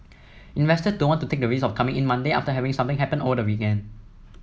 investors don't want to take the risk of coming in Monday after having something happen over the weekend